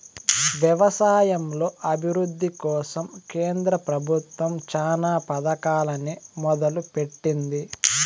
వ్యవసాయంలో అభివృద్ది కోసం కేంద్ర ప్రభుత్వం చానా పథకాలనే మొదలు పెట్టింది